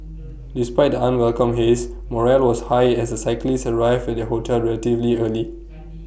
despite the unwelcome haze morale was high as the cyclists arrived at their hotel relatively early